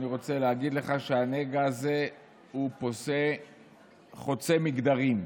אני רוצה להגיד לך שהנגע הזה חוצה מגדרים,